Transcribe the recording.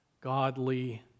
godly